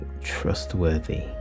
trustworthy